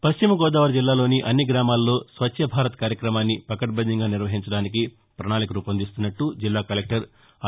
వశ్చిమగోదావరి జిల్లాలోని అన్ని గ్రామాల్లో స్వచ్చ భారత్ కార్యక్రమాన్ని పకడ్బందీగా నిర్వహించడానికి ప్రణాళిక రూపొందిస్తున్నట్ల జిల్లా కలెక్టర్ ఆర్